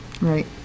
Right